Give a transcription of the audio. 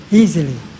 easily